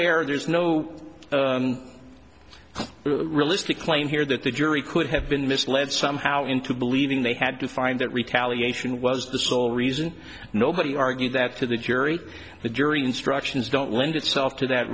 error there's no clue but realistic claim here that the jury could have been misled somehow into believing they had to find that retaliation was the sole reason nobody argued that to the jury the jury instructions don't lend itself to that